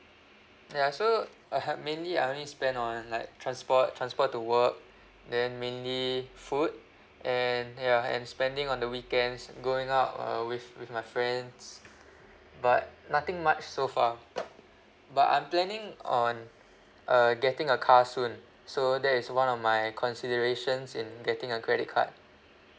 ya so I have mainly I only spend on like transport transport to work then mainly food and ya and spending on the weekends going out uh with with my friends but nothing much so far but I'm planning on uh getting a car soon so that is one of my consideration in getting a credit card